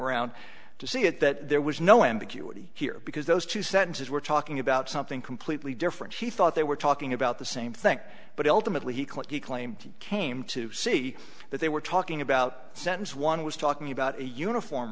around to see it that there was no ambiguity here because those two sentences were talking about something completely different he thought they were talking about the same thing but ultimately he claimed he claimed he came to see that they were talking about sentence one was talking about a uniform